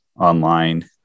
online